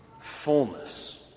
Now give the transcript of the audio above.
Fullness